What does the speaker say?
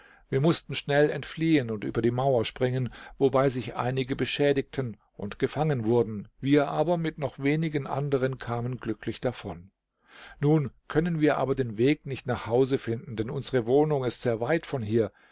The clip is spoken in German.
wir mußten schnell entfliehen und über die mauer springen wobei sich einige beschädigten und gefangen wurden wir aber mit noch wenigen anderen kamen glücklich davon nun können wir aber den weg nicht nach hause finden denn unsere wohnung ist sehr weit von hier